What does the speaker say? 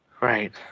Right